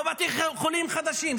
לא בתי חולים חדשים,